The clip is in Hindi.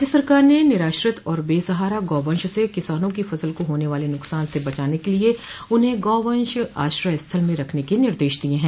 राज्य सरकार ने निराश्रित और बेसहारा गोवंश से किसानों की फसल को होने वाले नुकसान से बचाने के लिए उन्हें गोवंश आश्रय स्थल में रखने के निर्देश दिये हैं